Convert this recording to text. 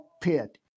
Pit